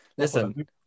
Listen